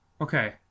Okay